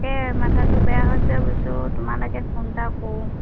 তাকে মাথাটো বেয়া হৈছে তোমালৈকে ফোন এটা কৰোঁ